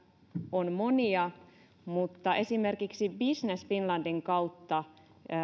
on monia mutta esimerkiksi business finlandin kautta